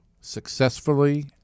successfully